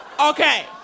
Okay